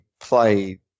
play